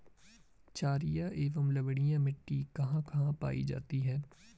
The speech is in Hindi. छारीय एवं लवणीय मिट्टी कहां कहां पायी जाती है?